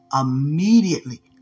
immediately